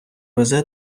везе